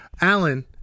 Alan